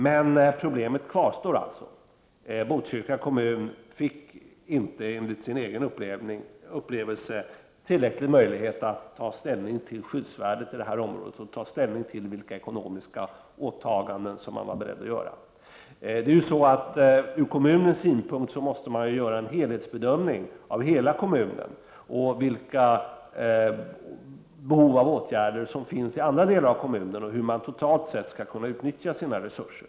Men problemet kvarstår: Botkyrka kommun fick inte, som man själv uppfattar det, tillräcklig möjlighet att ta ställning till skyddsvärdet i området och vilka ekonomiska åtaganden som man var beredd att göra. Ur kommunens synpunkt måste det göras en helhetsbedömning av hela kommunen och vilka behov av åtgärder som finns i andra delar av kommunen och hur man totalt sett skall kunna utnyttja sina resurser.